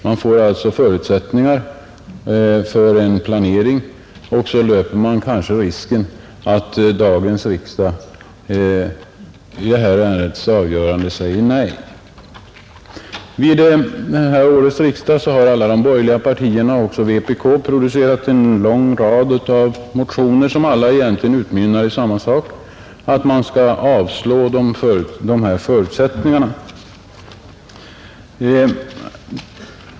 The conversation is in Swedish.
Man får alltså förutsättningar för en planering men löper sedan kanske risken att riksdagen i dag vid ärendets avgörande säger nej. Vid detta års riksdag har alla borgerliga partier, och även vpk, producerat en lång rad motioner, som alla egentligen utmynnar i samma sak: att dessa förutsättningar skall undanröjas.